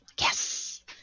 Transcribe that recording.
Yes